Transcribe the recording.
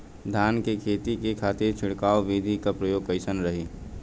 धान के खेती के खातीर छिड़काव विधी के प्रयोग कइसन रही?